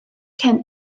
cyn